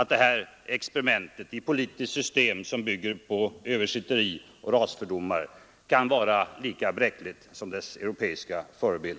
detta experiment i politiskt system, byggt på översitteri och rasfördomar, är lika bräckligt som sin europeiska förebild.